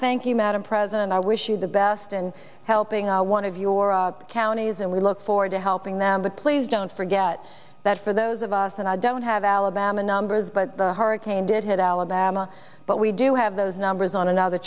you madam president i wish you the best and helping out one of your counties and we look forward to helping them but please don't forget that for those of us and i don't have alabama numbers but the hurricane did hit alabama but we do have those numbers on another